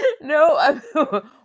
no